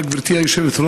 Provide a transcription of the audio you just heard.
תודה, גברתי היושבת-ראש.